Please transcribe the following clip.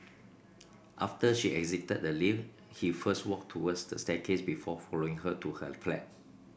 after she exited the lift he first walked towards the staircase before following her to her flat